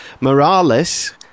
Morales